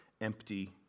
empty